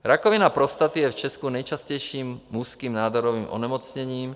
Rakovina prostaty je v Česku nejčastějším mužským nádorovým onemocněním.